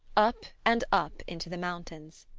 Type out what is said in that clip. up and up into the mountains.